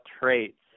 traits